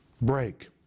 break